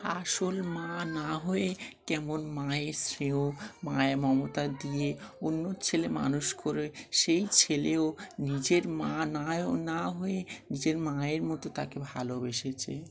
আসল মা না হয়ে কেমন মায়ের স্নেহ মায়ের মমতা দিয়ে অন্য ছেলে মানুষ করে সেই ছেলেও নিজের মা নাও না হয়ে নিজের মায়ের মতো তাকে ভালোবেসেছে